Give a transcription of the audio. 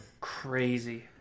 Crazy